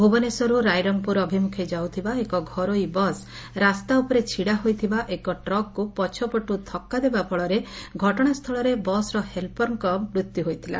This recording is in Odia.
ଭୁବନେଶ୍ୱରରୁ ରାଇରଙ୍ଙପୁର ଅଭିମୁଖେ ଯାଉଥିବା ଏକ ଘରୋଇ ବସ୍ ରାସ୍ତା ଉପରେ ଛିଡ଼ା ହୋଇଥିବା ଏକ ଟ୍ରକ୍କୁ ପଛପଟୁ ଧକ୍କା ଦେବାଫଳରେ ଘଟଶାସ୍ସଳରେ ବସ୍ର ହେଲ୍ପର୍ଙ୍ ମୃତ୍ୟୁ ହୋଇଥିଲା